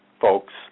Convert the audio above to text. folks